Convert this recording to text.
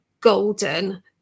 golden